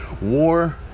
War